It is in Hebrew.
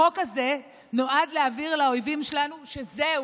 החוק הזה נועד להעביר לאויבים שלנו שזהו,